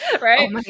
Right